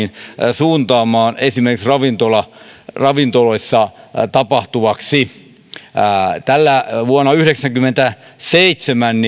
suuntaamaan esimerkiksi ravintoloissa tapahtuvaksi vuonna yhdeksänkymmentäseitsemän